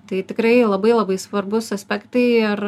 tai tikrai labai labai svarbūs aspektai ir